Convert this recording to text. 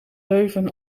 leuven